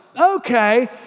okay